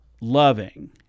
loving